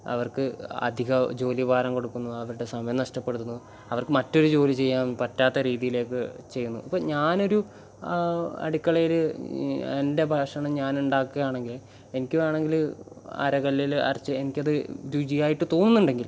അവർക്ക് അധിക ജോലി ഭാരം കൊടുക്കുന്നു അവരുടെ സമയം നഷ്ടപ്പെടുത്തുന്നു അവർക്ക് മറ്റൊരു ജോലി ചെയ്യാൻ പറ്റാത്ത രീതിയിലേക്ക് ചെയ്യുന്നു ഇപ്പം ഞാനൊരു അടുക്കളയിൽ എൻ്റെ ഭക്ഷണം ഞാൻ ഉണ്ടാക്കുവാണെങ്കിൽ എനിക്ക് വേണമെങ്കിൽ അരകല്ലിൽ അരച്ച് എനിക്കത് രുചിയായിട്ട് തോന്നുന്നുണ്ടെങ്കിൽ